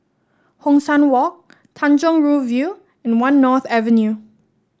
Hong San Walk Tanjong Rhu View and One North Avenue